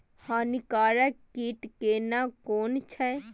हानिकारक कीट केना कोन छै?